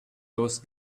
those